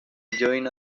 join